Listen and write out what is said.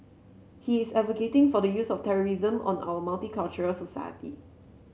he is advocating for the use of terrorism on our multicultural society